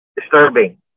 disturbing